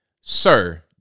Sir